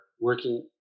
working